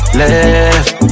left